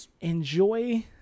enjoy